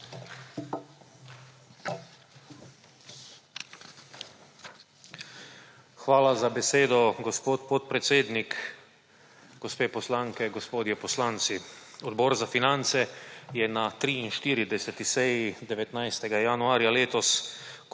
Hvala za besedo, gospod podpredsednik. Gospe poslanke, gospodje poslanci! Odbor za finance je na 43. seji 19. januarja letos